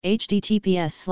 https